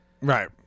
Right